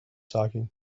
talking